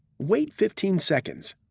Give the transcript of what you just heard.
wait fifteen seconds.